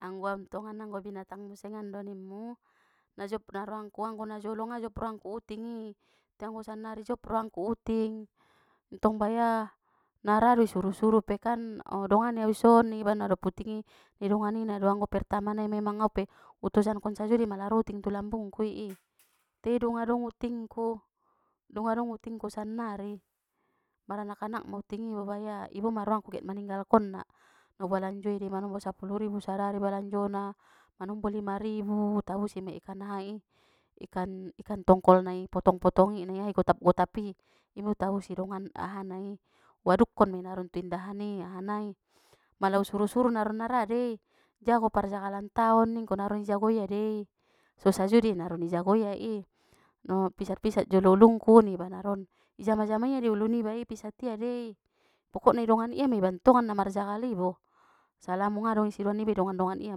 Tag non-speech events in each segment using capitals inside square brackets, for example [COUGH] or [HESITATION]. Anggo au tongan anggo binatang musengan do ninmu, najobna roangku anggo najolo ngga job roangku utingi, te anggo sannari job roangku uting, tong baya, na ra do isuru suru pekan o dongani au ison ningiba nodop utingi, i donganina do anggo pertama nai memang aupe, u tojankon sajo dei mala ro uting tu lambungku i [NOISE] te dung adong utingku, dung adong utingku sannari, maranak anak ma utingi baya i bo ma roaku get maninggalkonna, u balanjoi dei manombo sapulu ribu sadari balanjona, manombo lima ribu, u tabusi mei ikan ahahai i, ikan ikan tongkol nai potong potong i nai gotap gotap pi, ima u tabusi dongan ahana i, uaduk kon mei naron tu indahani aha nai, mala usuru suru naron nara dei, jago parjagalan taon ningku naron i jago ia dei, so sajo dei naron i jago ia i, o pisat pisat jolo ulungku ningiba naron, i jama jama ia dei ulu nibai i pisat ia dei, pokokna i dongani ia meiba tongan na marjagali bo, salamu nga dong isi roa niba i dongan dongani ia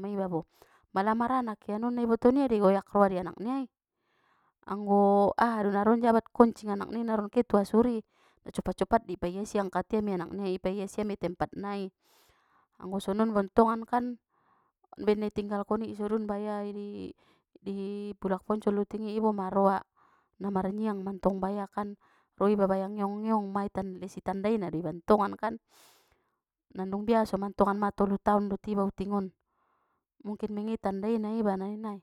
meiba bo. Pala maranak ia non naiboto nia dei goyak roa ni anak nia i, anggo [HESITATION] aha do naron jabat koncing anak nia non ke tu asuri, copat copat dei paias ia iangkat ia mei anak niai ipaias ia mei tempat nai, anggo songon mantongan kan, baen naitinggalkon i isadun baya [HESITATION] bulak poncol utingi iboma roa, manarniang mantong baya kan, roiba baya ngeong ngeong ma tan les- i tanda ina diba tongan kan. Nandung biaso mantongan matolu taon dot iba utingon, mungkin mei nga i tandaina iba nainna i.